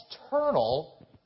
external